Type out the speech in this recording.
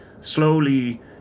slowly